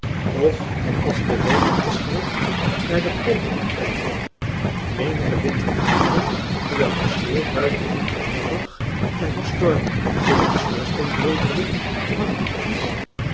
of als de loodgietersknecht naar de pomp kwam kijken menigen winteravond terwijl de sneeuw buiten voeten hoog lag en de storm door den schoorsteen bulderde mag die kies